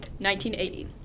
1980